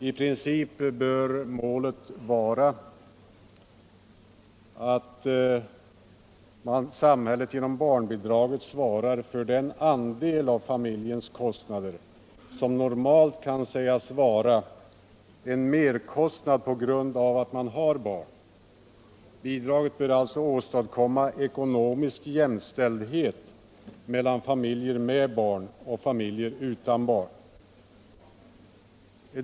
I princip bör målet vara att samhället genom barnbidraget svarar för den andel av familjens kostnader som normalt kan sägas vara en merkostnad på grund av att man har barn. Bidraget bör alltså åstadkomma ekonomisk jämställdhet mellan familjer med barn och familjer utan barn.